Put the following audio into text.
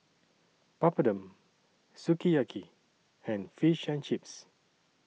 Papadum Sukiyaki and Fish and Chips